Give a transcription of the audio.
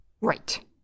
Right